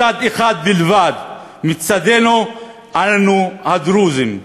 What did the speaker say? מצד אחד בלבד, מצדנו שלנו הדרוזים.